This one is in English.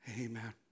Amen